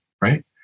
right